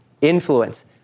influence